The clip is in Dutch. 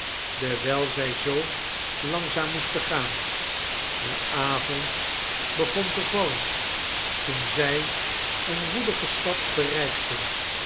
dewijl zij zoo langzaam moesten gaan de avond begon te vallen toen zij eene woelige stad bereikten